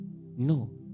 No